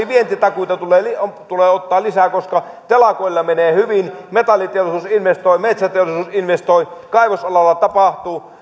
vientitakuita tulee ottaa lisää koska telakoilla menee hyvin metalliteollisuus investoi metsäteollisuus investoi kaivosalalla tapahtuu